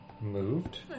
moved